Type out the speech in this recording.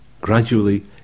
Gradually